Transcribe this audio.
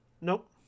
Nope